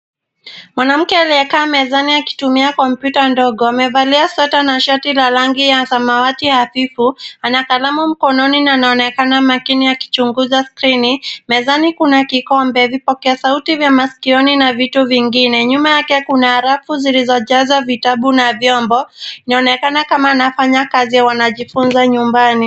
Mwanamke aliyekaa mezani akitumia kompyuta ndogo, amevalia sweta na shati la rangi ya samawati hafifu, ana kalamu mkono na anaonekana makini akichunguza skirini. Mezani kuna kikombe, vipokea sauti vya maskioni, na vitu vingine. Nyuma yake kuna rafu zilizojazwa vitabu na vyombo, inaonekana kama anafanya kazi au anajifunza nyumbani.